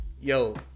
yo